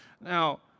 Now